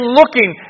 looking